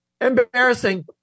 Embarrassing